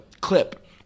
clip